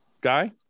Guy